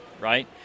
right